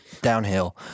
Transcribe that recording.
downhill